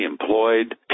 employed